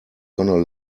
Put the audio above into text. gonna